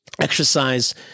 exercise